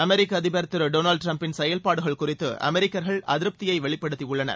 அமெரிக்க அதிபர் திரு டொனால்டு டிரம்பின் செயல்பாடுகள் குறித்து அமெரிக்கர்கள் அதிருப்தியை வெளிப்படுத்தியுள்ளனர்